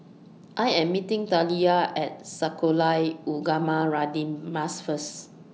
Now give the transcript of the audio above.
I Am meeting Taliyah At Sekolah Ugama Radin Mas First